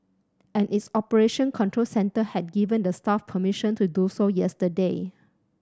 and its operation control centre had given the staff permission to do so yesterday